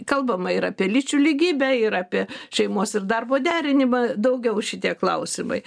kalbama ir apie lyčių lygybę ir apie šeimos ir darbo derinimą daugiau šitie klausimai